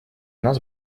нас